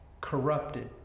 corrupted